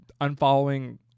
unfollowing